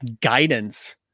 guidance